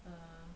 err